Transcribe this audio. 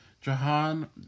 Jahan